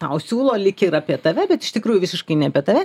tau siūlo lyg ir apie tave bet iš tikrųjų visiškai ne apie tave